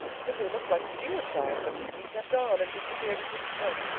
it simply looked like suicide but he kept on, and disappeared into the smoke.